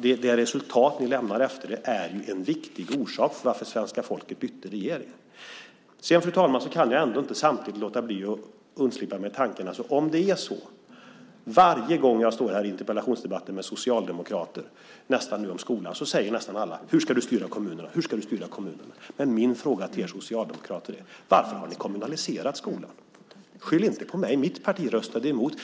det resultat ni lämnar efter er är en viktig orsak till att svenska folket bytte regering. Samtidigt kan jag, fru talman, inte låta bli att undslippa mig följande tanke. Nästan varje gång jag står här i en interpellationsdebatt om skolan med socialdemokrater frågar nästan alla: Hur ska du styra kommunerna? Hur ska du styra kommunerna? Min fråga till er socialdemokrater är: Varför har ni kommunaliserat skolan? Skyll inte på mig! Mitt parti röstade mot.